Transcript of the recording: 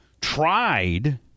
tried